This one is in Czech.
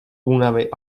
únavy